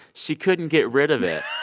she couldn't get rid of it